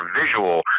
visual